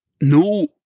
no